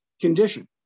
condition